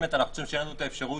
אם יש צורך להכניס את זה